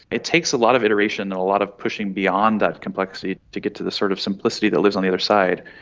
it takes a lot of iteration and a lot of pushing beyond that complexity to get to the sort of simplicity that lives on the other side,